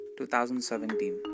2017